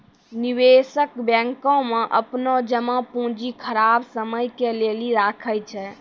निवेशक बैंको मे अपनो जमा पूंजी खराब समय के लेली राखै छै